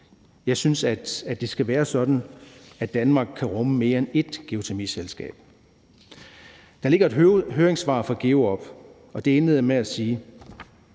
Jeg synes, at det skal være sådan, at Danmark kan rumme mere end ét geotermiselskab. Der ligger et høringssvar fra GEOOP, og det indleder med at sige: